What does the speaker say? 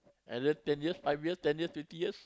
another ten years five years ten years twenty years